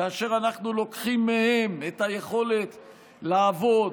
כאשר אנחנו לוקחים מהם את היכולת לעבוד,